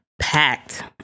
packed